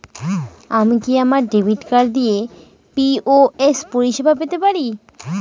আমি কি আমার ডেবিট কার্ড দিয়ে পি.ও.এস পরিষেবা পেতে পারি?